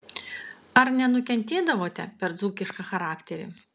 ar nenukentėdavote per dzūkišką charakterį